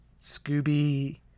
Scooby